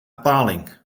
paling